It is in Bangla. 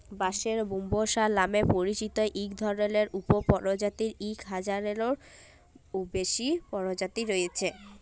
বাঁশের ব্যম্বুসা লামে পরিচিত ইক ধরলের উপপরজাতির ইক হাজারলেরও বেশি পরজাতি রঁয়েছে